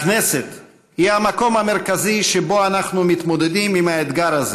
הכנסת היא המקום המרכזי שבו אנחנו מתמודדים עם האתגר הזה